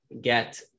get